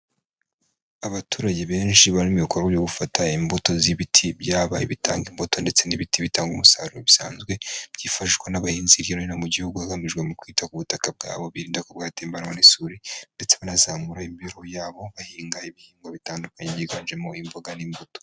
Abaturage benshi bari mu bikorwa byo gufata imbuto z'ibiti byaba ibitanga imbuto ndetse n'ibiti bitanga umusaruro bisanzwe. Byifashishwa n'abahinzi hirya no hino mu gihugu hagamijwe mu kwita ku butaka bwabo birinda ko bwatembanwa n'isuri. Ndetse banazamura imibereho yabo bahinga ibihingwa bitandukanye byiganjemo imboga n'imbuto.